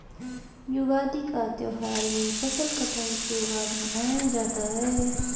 युगादि का त्यौहार भी फसल कटाई के बाद मनाया जाता है